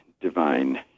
divine